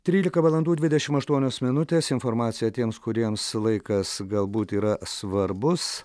trylika valandų dvidešim aštuonios minutės informacija tiems kuriems laikas galbūt yra svarbus